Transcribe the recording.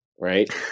right